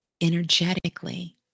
energetically